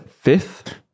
fifth